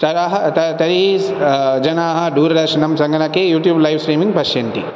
स्थलः त तैः जनाः दूरडर्शनं सङ्गणके यूट्यूब् लैव् स्ट्रीमिङ्ग् पश्यन्टि